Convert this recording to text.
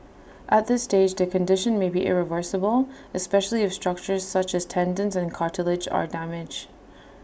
at this stage the condition may be irreversible especially if structures such as tendons and cartilage are damaged